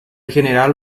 general